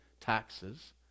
taxes